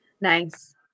nice